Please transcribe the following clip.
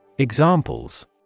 Examples